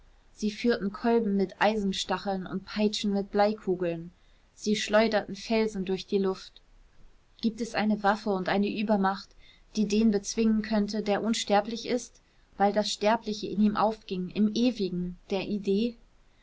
sie führten kolben mit eisenstacheln und peitschen mit bleikugeln sie schleuderten felsen durch die luft gibt es eine waffe und eine übermacht die den bezwingen könnte der unsterblich ist weil das sterbliche in ihm aufging im ewigen der idee